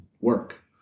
work